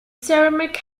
ceramic